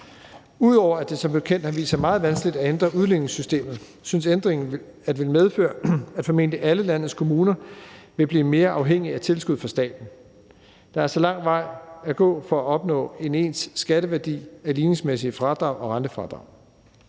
Ud over at det som bekendt har vist sig meget vanskeligt at ændre udligningssystemet, synes ændringen at ville medføre, at formentlig alle landets kommuner ville blive mere afhængige af tilskud fra staten. Der er altså lang vej at gå for at opnå en ens skatteværdi af ligningsmæssige fradrag og rentefradrag.